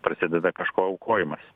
prasideda kažko aukojimas